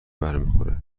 برمیخوره